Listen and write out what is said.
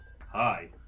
Hi